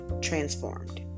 Transformed